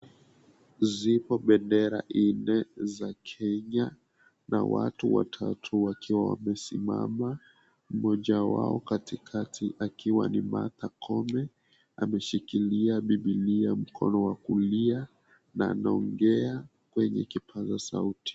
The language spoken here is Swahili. Zipo bendera nne za Kenya na watu watatu wakiwa wamesimama. Mmoja wao katikati akiwa ni Martha Koome. Ameshikilia Bibilia mkono wa kulia na anaongea kwenye kipaza sauti.